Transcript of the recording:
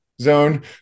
zone